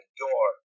door